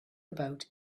about